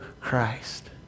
Christ